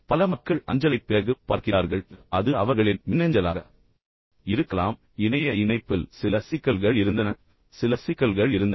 இப்போது பெரும்பாலான மக்கள் அஞ்சலைப் பிறகு பார்த்தார்கள் அது அவர்களின் மின்னஞ்சலாக இருக்கலாம் இணைய இணைப்பில் சில சிக்கல்கள் இருந்தன சில சிக்கல்கள் இருந்தன